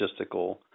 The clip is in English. logistical